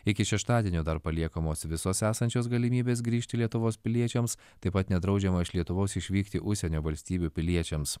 iki šeštadienio dar paliekamos visos esančios galimybės grįžti lietuvos piliečiams taip pat nedraudžiama iš lietuvos išvykti užsienio valstybių piliečiams